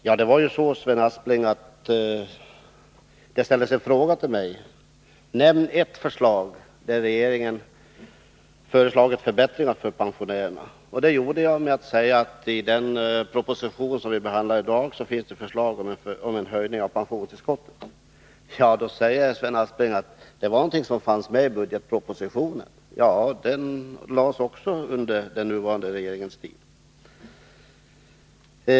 Herr talman! Det riktades en uppmaning till mig, Sven Aspling, att nämna ett förslag från regeringen till förbättringar för pensionärerna. Det gjorde jag med att säga att i den proposition som vi behandlar i dag finns förslag om en höjning av pensionstillskotten. Då säger Sven Aspling att det var någonting som fanns med i budgetpropositionen. — Men också den framlades under nuvarande regerings tid.